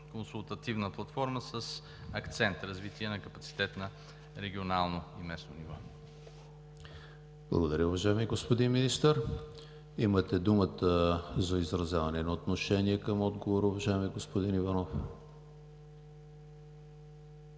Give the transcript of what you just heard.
консултативна платформа с акцент развитие на капацитет на регионално и местно ниво. ПРЕДСЕДАТЕЛ ЕМИЛ ХРИСТОВ: Благодаря, уважаеми господин Министър. Имате думата за изразяване на отношение към отговора, уважаеми господин Иванов.